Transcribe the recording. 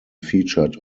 featured